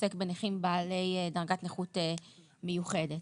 שעוסק בנכים בעלי דרגת נכות מיוחדת.